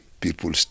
people